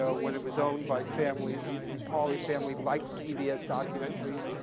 so when it was owned by families, the paley family liked cbs documentaries,